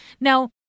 Now